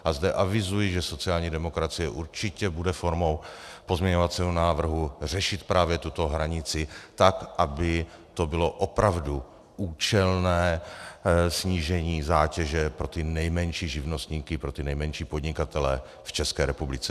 A zde avizuji, že sociální demokracie určitě bude formou pozměňovacího návrhu řešit právě tuto hranici tak, aby to bylo opravdu účelné snížení zátěže pro ty nejmenší živnostníky, pro ty nejmenší podnikatele v České republice.